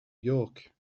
york